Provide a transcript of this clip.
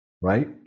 right